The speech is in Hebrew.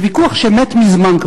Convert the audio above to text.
זה ויכוח שכבר מת מזמן,